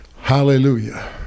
Hallelujah